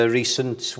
recent